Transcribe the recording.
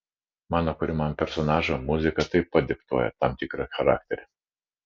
mano kuriamam personažui muzika taip pat diktuoja tam tikrą charakterį